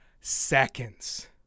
seconds